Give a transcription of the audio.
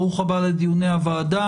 אדוני, ברוך הבא לדיוני הוועדה.